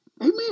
Amen